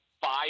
five